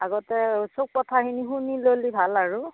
আগতে চব কথাখিনি শুনি ল'লি ভাল আৰু